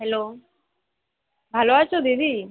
hello ভালো আছো দিদি